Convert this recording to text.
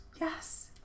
Yes